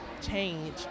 change